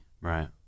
Right